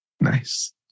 Nice